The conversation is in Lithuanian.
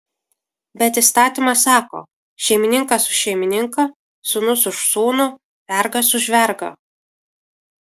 bet įstatymas sako šeimininkas už šeimininką sūnus už sūnų vergas už vergą